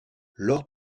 lors